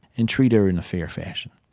and treat her in a fair fashion.